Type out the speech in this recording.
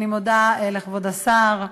אני מודה לכבוד השר,